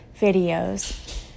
videos